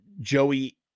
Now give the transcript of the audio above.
Joey